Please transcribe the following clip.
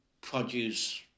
produce